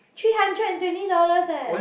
three hundred and twenty dollars eh